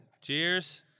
Cheers